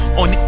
on